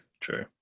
True